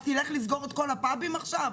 אז תלך לסגור את כל הפאבים עכשיו?